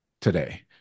today